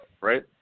right